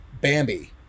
Bambi